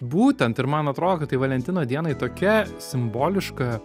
būtent ir man atrodo kad tai valentino dienai tokia simboliška